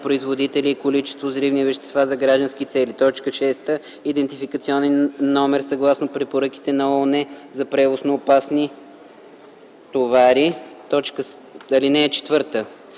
производителя и количество взривни вещества за граждански цели; 6. идентификационен номер съгласно Препоръките на ООН за превоз на опасни товари. (4)